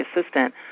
assistant